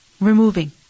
Removing